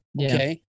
Okay